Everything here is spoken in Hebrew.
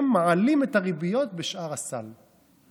הם מעלים את הריביות בשאר הסל.